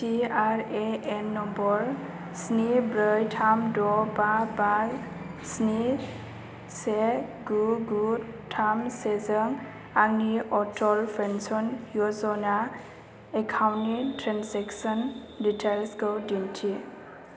PRAN number स्नि ब्रै थाम द' बा बा स्नि से गु गु थाम सेजों आंनि अटल पेन्सन य'जना एकाउन्टनि ट्रेनजेक्सन डिटैल्सखौ दिन्थि